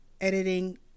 editing